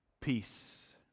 peace